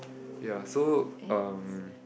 ya so uh